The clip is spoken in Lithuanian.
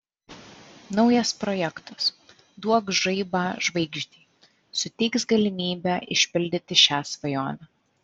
naujas projektas duok žaibą žvaigždei suteiks galimybę išpildyti šią svajonę